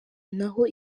naho